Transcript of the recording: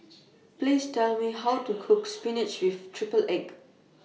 Please Tell Me How to Cook Spinach with Triple Egg